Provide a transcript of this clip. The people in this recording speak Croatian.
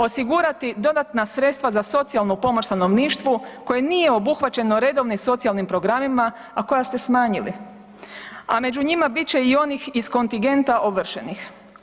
Osigurati dodatna sredstva za socijalnu pomoć stanovništvu koje nije obuhvaćeno redovnim socijalnim programima, a koja ste smanjili, a među njima bit će i onih iz kontigenta ovršenih.